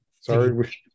Sorry